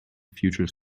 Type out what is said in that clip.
future